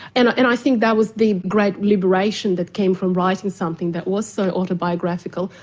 and and i think that was the great liberation that came from writing something that was so autobiographical,